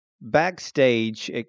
backstage